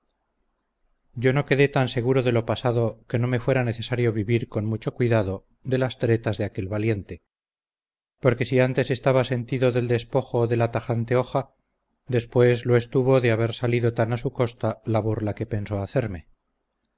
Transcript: yo no quedé tan seguro de lo pasado que no me fuera necesario vivir con mucho cuidado de las tretas de aquel valiente porque si antes estaba sentido del despojo de la tajante hoja después lo estuvo de haber salido tan a su costa la burla que pensó hacerme